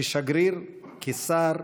כשגריר, כשר,